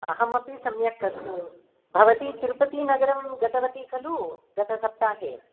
अहमपि सम्यक् अस्मि भवती तिरुपतीनगरं गतवती खलु गतसप्ताहे